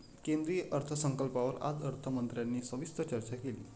केंद्रीय अर्थसंकल्पावर आज अर्थमंत्र्यांनी सविस्तर चर्चा केली